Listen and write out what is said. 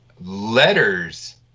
letters